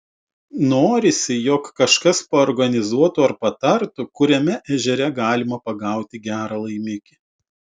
norisi jog kažkas paorganizuotų ar patartų kuriame ežere galima pagauti gerą laimikį